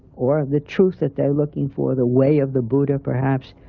or the truth that they're looking for, the way of the buddha perhaps,